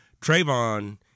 Trayvon